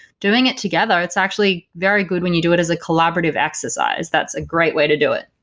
doing it together, it's actually very good when you do it as a collaborative exercise. that's a great way to do it